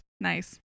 nice